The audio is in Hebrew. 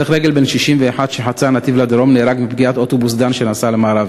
הולך רגל בן 61 שחצה נתיב לדרום נהרג מפגיעת אוטובוס "דן" שנסע למערב,